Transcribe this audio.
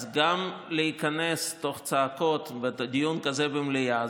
אז גם להיכנס תוך צעקות בדיון כזה במליאה,